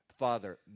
Father